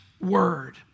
word